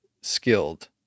skilled